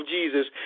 Jesus